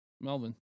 Melvin